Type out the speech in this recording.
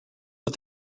but